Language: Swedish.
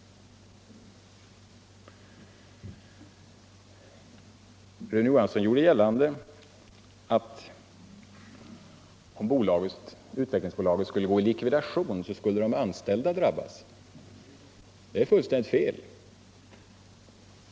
Rune Johansson gjorde gällande att om Utvecklingsbolaget skulle gå i likvidation skulle de anställda drabbas. Det är fullständigt fel.